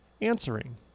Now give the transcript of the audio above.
answering